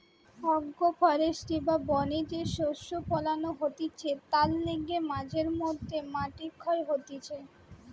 agro forestry বা বনে যে শস্য ফোলানো হতিছে তার লিগে মাঝে মধ্যে মাটি ক্ষয় হতিছে